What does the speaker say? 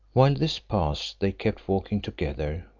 while this passed they kept walking together,